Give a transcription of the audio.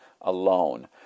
alone